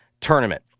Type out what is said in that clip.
tournament